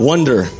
Wonder